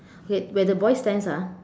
okay where the boy stands ah